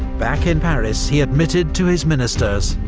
back in paris he admitted to his ministers,